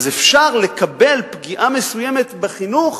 אז אפשר לקבל פגיעה מסוימת בחינוך